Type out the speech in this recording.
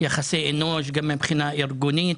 יחסי אנוש, גם מבחינה ארגונית